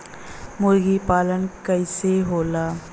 मुर्गी पालन कैसे होला?